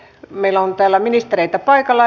meillä on täällä ministereitä paikalla